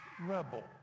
rebel